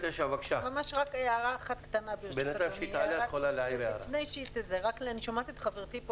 רק הערה קטנה ברשותך אני שומעת את חברתי פה